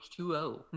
H2O